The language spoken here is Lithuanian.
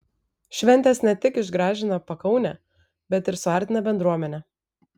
šventės ne tik išgražina pakaunę bet ir suartina bendruomenę